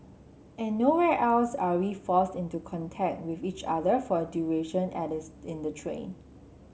and nowhere else are we forced into contact with each other for a duration as in the train